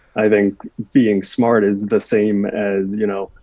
i think being smart is the same as, you know,